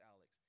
Alex